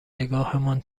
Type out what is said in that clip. نگاهمان